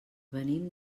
venim